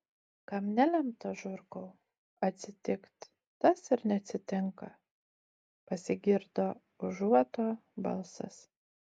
kam nelemta žurkau atsitikt tas ir neatsitinka pasigirdo užuoto balsas